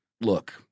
look